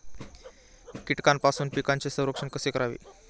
कीटकांपासून पिकांचे संरक्षण कसे करावे?